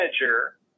manager